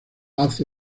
hace